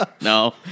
no